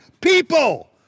people